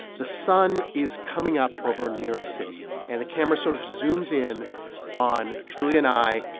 the sun is coming up over new york city. and the camera sort of zooms in on julia and i.